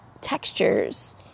textures